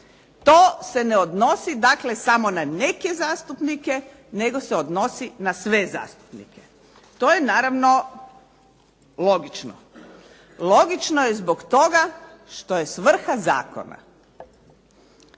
To se ne odnosi, dakle samo na neke zastupnike, nego se odnosi na sve zastupnike. To je naravno logično. Logično je zbog toga što je svrha zakona,